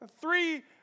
Three